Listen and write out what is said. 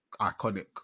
iconic